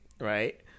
Right